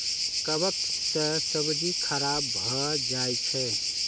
कवक सं सब्जी खराब भए जाइ छै